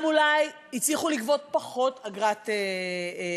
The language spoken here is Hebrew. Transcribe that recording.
גם אולי הצליחו לגבות פחות אגרה.